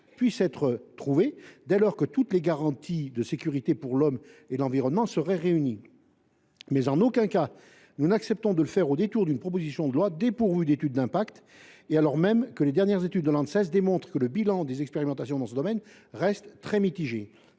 dans ces territoires, dès lors que toutes les garanties de sécurité pour l’homme et l’environnement sont réunies. Cependant, nous refusons que cela se fasse au détour d’une proposition de loi dépourvue d’étude d’impact, alors même que les dernières études de l’Anses démontrent que le bilan des expérimentations dans ce domaine reste très mitigé.